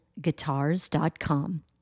guitars.com